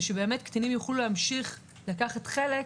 שבאמת קטינים יוכלו להמשיך לקחת חלק,